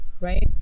right